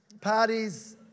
parties